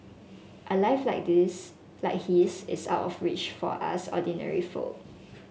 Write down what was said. a life like this like his is out of the reach of us ordinary folk